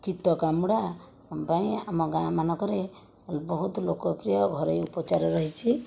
କୀଟ କାମୁଡ଼ା ପାଇଁ ଆମ ଗାଁମାନଙ୍କରେ ବହୁତ ଲୋକପ୍ରିୟ ଘରୋଇ ଉପଚାର ରହିଛି